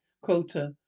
Quota